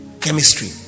chemistry